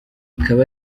ikaba